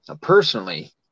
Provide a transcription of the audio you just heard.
Personally